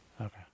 Okay